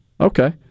Okay